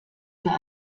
für